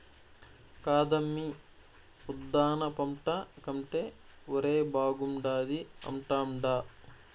కాదమ్మీ ఉద్దాన పంట కంటే ఒరే బాగుండాది అంటాండా